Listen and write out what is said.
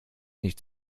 nicht